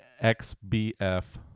X-B-F